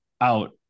out